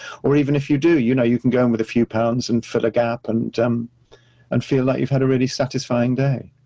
or even if you do, you know, you can go in with a few pounds, and fill the gap, and um and feel that you've had a really satisfying day.